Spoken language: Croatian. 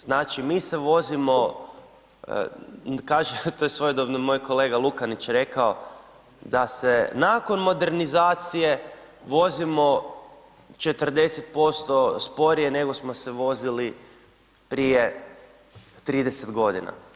Znači mi se vozimo, kaže to je svojedobno moj kolega Lukanić rekao, da se nakon modernizacije vozimo 40% sporije nego smo se vozili prije 30 godina.